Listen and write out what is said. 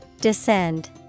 Descend